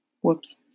Whoops